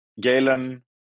Galen